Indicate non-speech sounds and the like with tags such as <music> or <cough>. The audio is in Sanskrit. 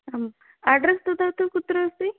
आम् अड्रेस् <unintelligible> कुत्र अस्ति